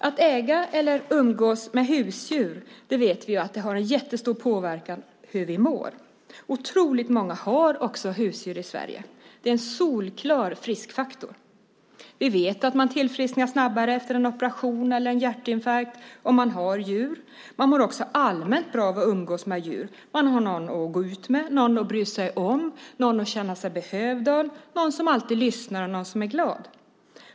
Att äga eller umgås med husdjur vet vi har en jättestor påverkan på hur vi mår. Otroligt många har också husdjur i Sverige. Det är en solklar friskfaktor. Vi vet att man tillfrisknar snabbare efter en operation eller en hjärtinfarkt om man har djur. Man mår också allmänt bra av att umgås med djur. Man har någon att gå ut med, någon att bry sig om, någon att känna sig behövd av, någon som alltid lyssnar och är glad.